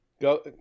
Go